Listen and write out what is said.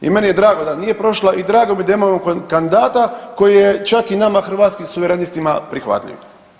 I meni je drago da nije prošla i drago mi je da imamo kandidata koji je čak i nama Hrvatskim suverenistima prihvatljiv.